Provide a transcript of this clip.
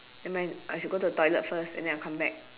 never mind I should go to the toilet first and then I'll come back